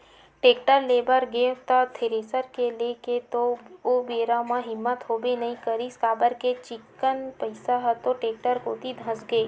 tractor ले बर गेंव त थेरेसर के लेय के तो ओ बेरा म हिम्मत होबे नइ करिस काबर के चिक्कन पइसा ह तो टेक्टर कोती धसगे